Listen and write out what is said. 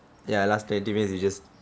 ya last time minutes we just